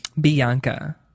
Bianca